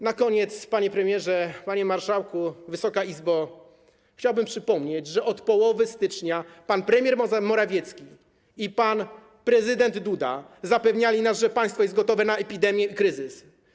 Na koniec, panie premierze, panie marszałku, Wysoka Izbo, chciałbym przypomnieć, że od połowy stycznia pan premier Morawiecki i pan prezydent Duda zapewniali nas, że państwo jest gotowe na epidemię i kryzys.